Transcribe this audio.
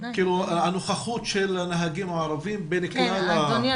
הנוכחות של הנהגים הערבים בין כלל --- אדוני,